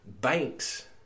banks